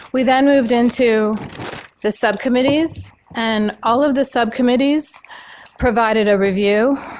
we then moved into the subcommittees and all of the subcommittees provided a review